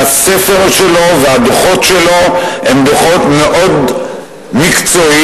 והספר שלו והדוחות שלו הם דוחות מאוד מקצועיים.